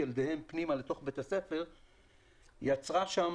ילדיהם פנימה לתוך בית הספר יצרה שם